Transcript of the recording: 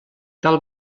tal